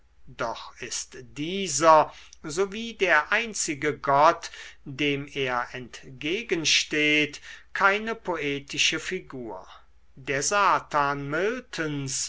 doch ist dieser so wie der einzige gott dem er entgegensteht keine poetische figur der satan